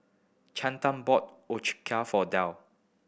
Chantel bought Ochazuke for Dale